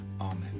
Amen